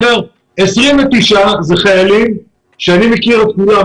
29 הם חיילים שאני מכיר את כולם.